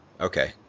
Okay